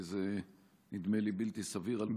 כי נדמה לי שזה בלתי סביר על פניו.